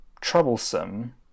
troublesome